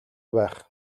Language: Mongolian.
байх